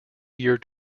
year